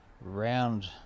round